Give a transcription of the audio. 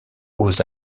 aux